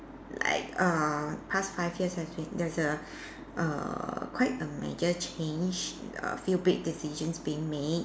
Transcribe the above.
like err past five years has been there's a err quite a major change a few big decisions being made